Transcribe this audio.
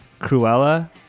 Cruella